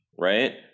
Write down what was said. right